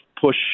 push